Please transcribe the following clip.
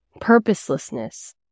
purposelessness